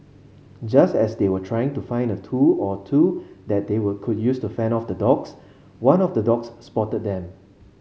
just as they were trying to find a tool or two that they would could use to fend off the dogs one of the dogs spotted them